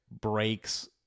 breaks